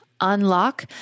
unlock